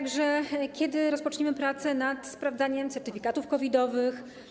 Kiedy rozpoczniemy prace nad sprawdzaniem certyfikatów COVID-owych?